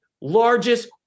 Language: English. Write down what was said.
largest